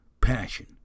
Passion